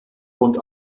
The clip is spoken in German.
rund